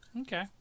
Okay